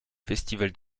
festival